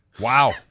Wow